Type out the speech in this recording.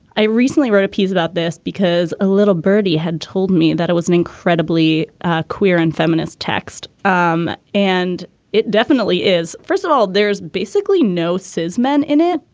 i recently wrote a piece about this because a little birdie had told me that it was an incredibly ah queer and feminist text um and it definitely is first of all there's basically no says men in it.